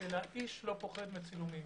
- איש לא פוחד מצילומים.